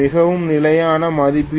மிகவும் நிலையான மதிப்பீடுகள் 0